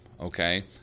okay